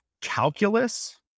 calculus